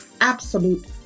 absolute